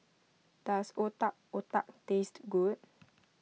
does Otak Otak taste good